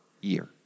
year